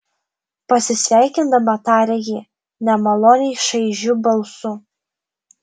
pasisveikindama tarė ji nemaloniai šaižiu balsu